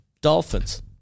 dolphins